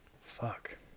Fuck